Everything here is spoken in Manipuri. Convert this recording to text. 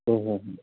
ꯍꯣꯏ ꯍꯣꯏ